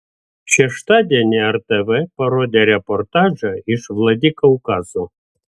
šeštadienį rtv parodė reportažą iš vladikaukazo